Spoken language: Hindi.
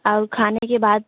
और खाने के बाद